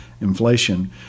Inflation